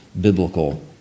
biblical